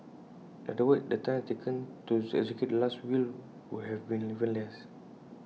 in other words the time taken to execute the Last Will would have been even less